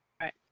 Right